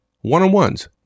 one-on-ones